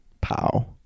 pow